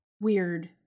weird